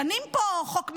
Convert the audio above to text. דנים פה: חוק מירון,